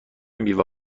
میوه